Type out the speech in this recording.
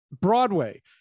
broadway